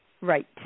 Right